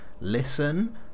listen